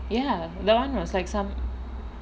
ya that [one] was like some